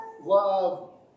love